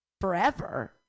forever